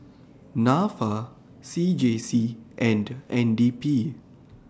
Nafa C J C and N D P